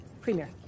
Premier